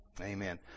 Amen